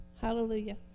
Hallelujah